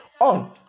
on